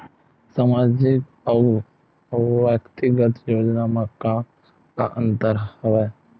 सामाजिक अउ व्यक्तिगत योजना म का का अंतर हवय?